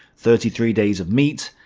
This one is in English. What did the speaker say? thirty three days of meat,